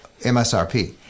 MSRP